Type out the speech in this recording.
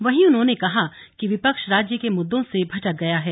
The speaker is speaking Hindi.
वहीं उन्होंने कहा कि विपक्ष राज्य के मुद्दों से भटक गया है